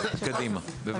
קדימה, בבקשה.